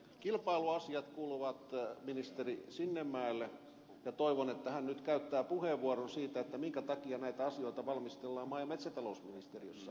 kilpailuasiat kuuluvat ministeri sinnemäelle ja toivon että hän nyt käyttää puheenvuoron siitä minkä takia näitä asioita valmistellaan maa ja metsätalousministeriössä